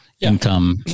income